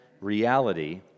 reality